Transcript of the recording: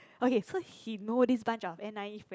okay so he know this bunch of n_i_e friend